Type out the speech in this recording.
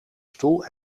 stoel